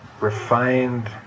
refined